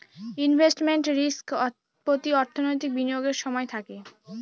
investment risk প্রতি অর্থনৈতিক বিনিয়োগের সময় থাকে